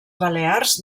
balears